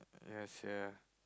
yeah sia